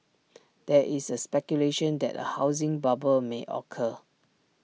there is A speculation that A housing bubble may occur